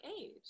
age